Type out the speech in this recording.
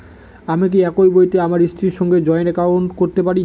আমি কি একই বইতে আমার স্ত্রীর সঙ্গে জয়েন্ট একাউন্ট করতে পারি?